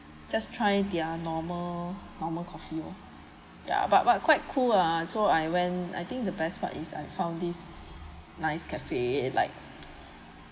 just try their normal normal coffee lor ya but but quite cool ah so I went I think the best part is I found this nice cafe like